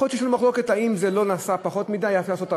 יכול להיות שיש לנו מחלוקת אם לא נעשה פחות מדי,